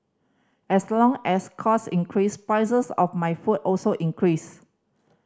as long as cost increase prices of my food also increase